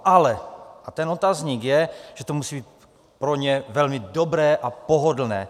Ale a ten otazník je, že to musí být pro ně velmi dobré a pohodlné.